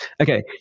Okay